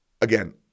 Again